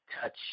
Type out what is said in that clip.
touch